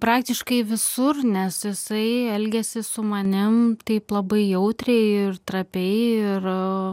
praktiškai visur nes jisai elgėsi su manim taip labai jautriai ir trapiai ir